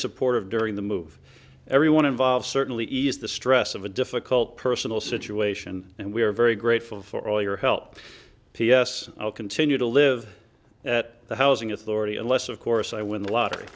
supportive during the move everyone involved certainly ease the stress of a difficult personal situation and we are very grateful for all your help p s i'll continue to live at the housing authority unless of course i win the lottery